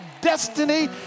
destiny